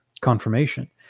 confirmation